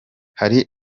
hari